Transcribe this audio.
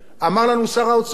אמר לנו שר האוצר,